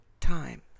time